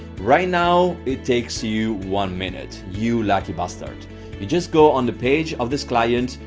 right now it takes you one minute. you lucky bastard. you just go on the page of this client,